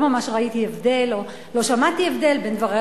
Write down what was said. לא ממש ראיתי הבדל או לא שמעתי הבדל בין דבריה